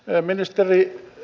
lämmitys tai